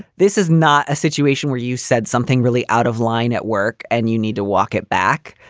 this is not a situation where you said something really out of line at work and you need to walk it back.